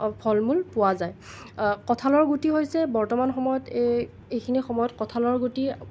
ফল মূল পোৱা যায় কঠালৰ গুটি হৈছে বৰ্তমান সময়ত এই এইখিনি সময়ত কঠালৰ গুটি